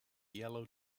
yellow